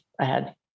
ahead